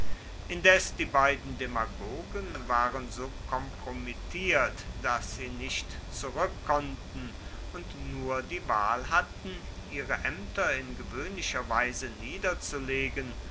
indes die beiden demagogen waren so kompromittiert daß sie nicht zurückkonnten und nur die wahl hatten ihre ämter in gewöhnlicher weise niederzulegen